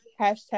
Hashtag